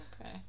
okay